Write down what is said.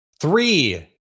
three